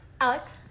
Alex